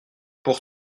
pour